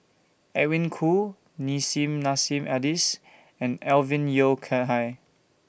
Edwin Koo Nissim Nassim Adis and Alvin Yeo Khirn Hai